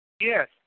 Yes